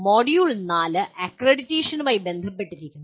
module 4 "അക്രഡിറ്റേഷനുമായി" ബന്ധപ്പെട്ടിരിക്കുന്നു